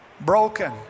broken